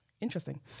interesting